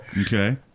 Okay